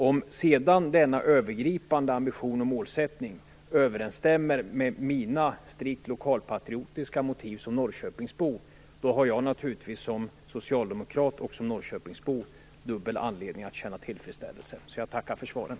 Om sedan denna övergripande ambition och målsättning överensstämmer med mina strikt lokalpatriotiska motiv som Norrköpingsbo, då har jag naturligvis som socialdemokrat och Norrköpingsbo dubbel anledning att känna tillfredsställelse. Jag tackar för svaret.